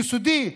יסודי,